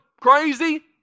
crazy